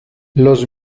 los